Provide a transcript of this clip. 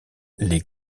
les